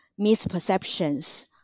misperceptions